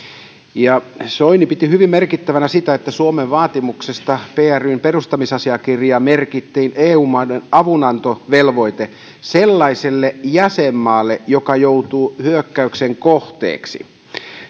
sitten soini piti hyvin merkittävänä sitä että suomen vaatimuksesta pryn perustamisasiakirjaan merkittiin eu maiden avunantovelvoite sellaiselle jäsenmaalle joka joutuu hyökkäyksen kohteeksi